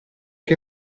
che